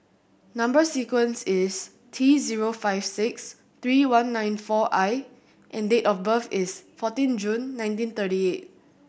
number sequence is T zero five six three one nine four I and date of birth is fourteen June nineteen thirty eight